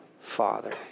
Father